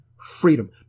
freedom